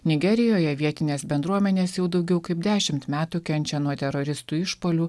nigerijoje vietinės bendruomenės jau daugiau kaip dešimt metų kenčia nuo teroristų išpuolių